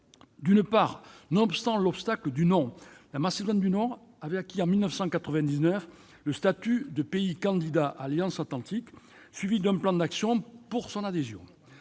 bonne. Nonobstant l'obstacle du nom, la Macédoine du Nord avait acquis en 1999 le statut de pays candidat à l'alliance atlantique suivi d'un plan d'action pour l'adhésion.